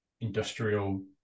industrial